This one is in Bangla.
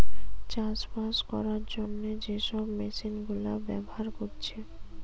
চাষবাস কোরার জন্যে যে সব মেশিন গুলা ব্যাভার কোরছে